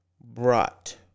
brought